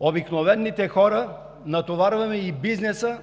обикновените хора, натоварваме и бизнеса